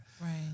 Right